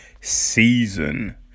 season